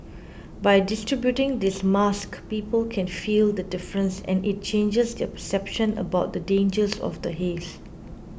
by distributing these masks people can feel the difference and it changes their perception about the dangers of the haze